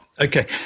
Okay